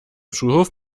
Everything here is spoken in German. schulhof